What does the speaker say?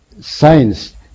science